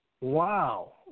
Wow